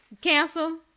Cancel